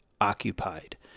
occupied